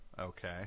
Okay